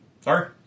Sorry